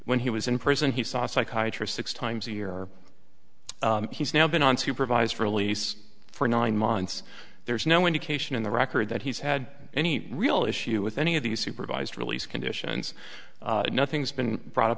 when he was in prison he saw psychiatry six times a year he's now been on supervised release for nine months there's no indication in the record that he's had any real issue with any of these supervised release conditions nothing's been brought up